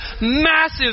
massive